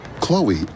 Chloe